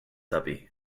tuppy